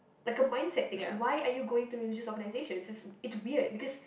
like a mindset thing like why are you going to religious organisations it's it's weird because